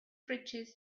fridges